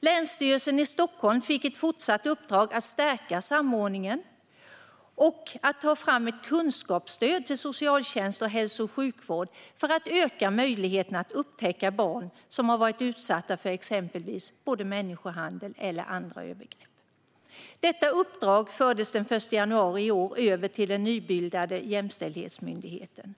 Länsstyrelsen i Stockholm fick ett fortsatt uppdrag att stärka samordningen och att ta fram ett kunskapsstöd till socialtjänst och hälso och sjukvård för att öka möjligheten att upptäcka barn som har varit utsatta för exempelvis människohandel eller andra övergrepp. Detta uppdrag fördes den 1 januari i år över till den nybildade Jämställdhetsmyndigheten.